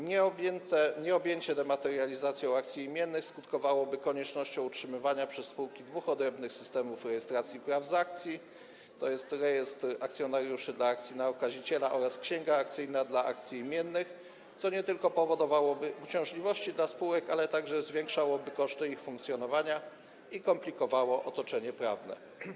Nieobjęcie dematerializacją akcji imiennych skutkowałoby koniecznością utrzymywania przez spółki dwóch odrębnych systemów rejestracji praw z akcji - rejestru akcjonariuszy dla akcji na okaziciela oraz księgi akcyjnej dla akcji imiennych - co nie tylko powodowałoby uciążliwość dla spółek, ale także zwiększyłoby koszty ich funkcjonowania i komplikowało otoczenie prawne.